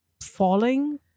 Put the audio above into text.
falling